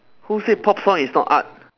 who said pop song is not art